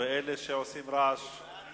ואורון, שהעלו סוגיות שאינן קשורות לתחום משרדי,